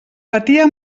patia